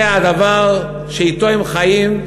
זה הדבר שאתו הם חיים,